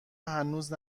هنوز